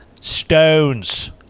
Stones